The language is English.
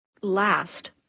last